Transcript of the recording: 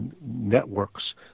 networks